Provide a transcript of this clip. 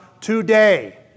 today